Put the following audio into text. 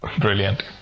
brilliant